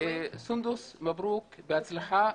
סונדוס, מברוק, בהצלחה.